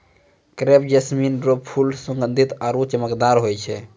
crepe jasmine रो फूल सुगंधीत आरु चमकदार होय छै